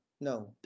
no